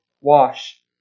wash